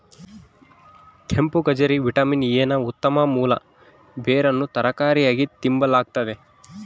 ಕೆಂಪುಗಜ್ಜರಿ vitamin A ನ ಉತ್ತಮ ಮೂಲ ಬೇರನ್ನು ತರಕಾರಿಯಾಗಿ ತಿಂಬಲಾಗ್ತತೆ